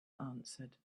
answered